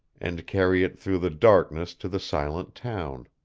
and carry it through the darkness to the silent town.